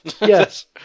Yes